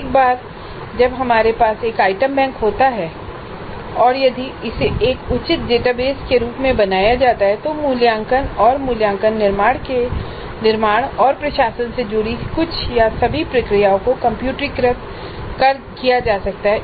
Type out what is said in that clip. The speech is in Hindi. एक बार जब हमारे पास एक आइटम बैंक होता है और यदि इसे एक उचित डेटाबेस के रूप में बनाया जाता है तो मूल्यांकन और मूल्यांकन के निर्माण और प्रशासन से जुड़ी कुछ या सभी प्रक्रियाओं को कम्प्यूटरीकृत किया जा सकता है